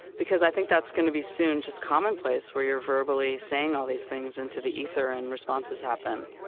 because i think that's going to be soon just commonplace, where you're verbally saying all these things into the ether and responses happen.